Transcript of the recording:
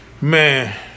Man